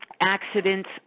accidents